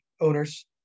owners